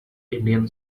indian